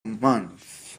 month